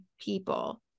people